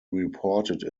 reported